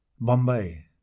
Bombay